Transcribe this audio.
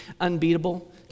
unbeatable